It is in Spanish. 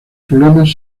problemas